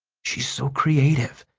she's so creative.